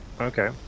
Okay